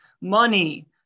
money